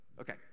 Okay